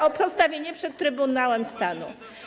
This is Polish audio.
o postawienie przed Trybunałem Stanu?